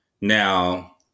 Now